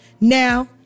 Now